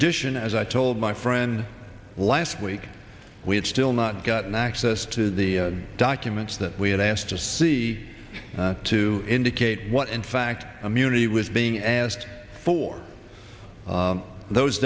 addition as i told my friend last week we had still not gotten access to the documents that we had asked to see to indicate what in fact immunity was being asked for those